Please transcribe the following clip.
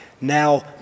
now